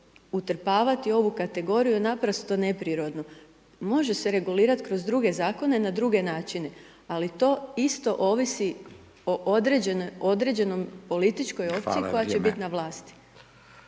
utrpavati ovu kategoriju je naprosto neprirodno. Može se regulirati kroz druge zakone na druge načine, ali to isto ovisi o određenoj, određenom …/Upadica: Hvala./… političkoj opciji koja će biti na vlasti.